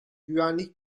güvenlik